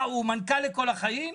מה, הוא מנכ"ל לכל החיים?